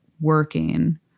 working